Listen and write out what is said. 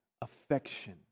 affection